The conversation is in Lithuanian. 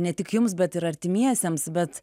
ne tik jums bet ir artimiesiems bet